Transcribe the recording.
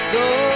go